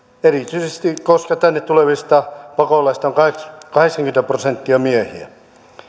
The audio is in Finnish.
erityisesti koska tänne tulevista pakolaisista kahdeksankymmentä prosenttia on miehiä